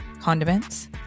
condiments